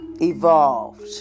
evolved